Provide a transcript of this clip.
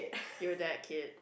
you were that kid